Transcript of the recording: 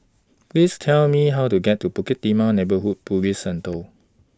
Please Tell Me How to get to Bukit Timah Neighbourhood Police Centre